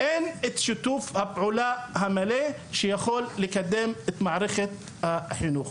אין את שיתוף הפעולה המלא שיכול לקדם את מערכת החינוך.